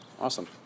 Awesome